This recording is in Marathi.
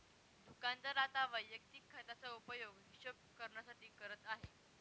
दुकानदार आता वैयक्तिक खात्याचा उपयोग हिशोब करण्यासाठी करत आहे